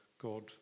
God